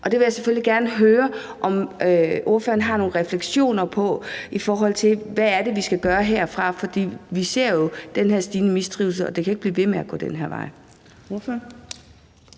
Jeg vil selvfølgelig gerne høre, om ordføreren har nogle refleksioner over, hvad det er, vi skal gøre herfra. For vi ser jo den her stigende mistrivsel, og det kan ikke blive ved med at gå den vej.